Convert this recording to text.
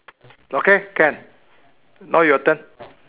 okay can now your turn